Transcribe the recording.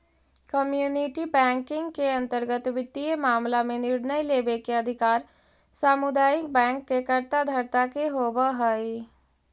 community banking के अंतर्गत वित्तीय मामला में निर्णय लेवे के अधिकार सामुदायिक बैंक के कर्ता धर्ता के होवऽ हइ